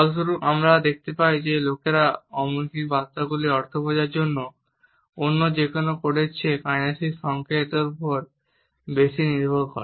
ফলস্বরূপ আমরা দেখতে পাই যে লোকেরা অমৌখিক বার্তাগুলির অর্থ বোঝার জন্য অন্য যে কোনও কোডের চেয়ে কাইনেসিক সংকেতের উপর বেশি নির্ভর করে